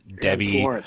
Debbie